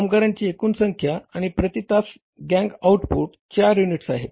कामगारांची एकूण संख्या आणि प्रति तास गॅंग आउटपुट 4 युनिट्स आहेत